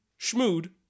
schmood